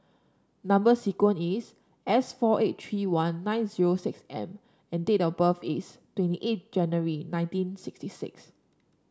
number sequence is S four eight three one nine zero six M and date of birth is twenty eight January nineteen sixty six